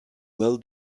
well